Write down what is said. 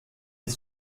est